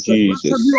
Jesus